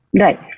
Right